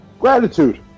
Gratitude